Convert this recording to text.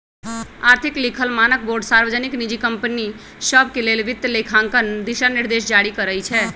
आर्थिक लिखल मानकबोर्ड सार्वजनिक, निजी कंपनि सभके लेल वित्तलेखांकन दिशानिर्देश जारी करइ छै